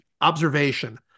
observation